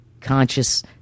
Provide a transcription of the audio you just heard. conscious